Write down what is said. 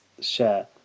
share